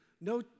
No